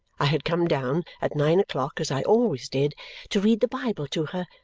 i had come down at nine o'clock as i always did to read the bible to her,